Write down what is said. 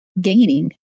gaining